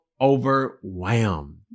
overwhelmed